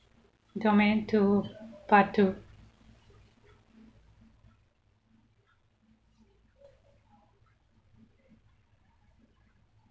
domain two part two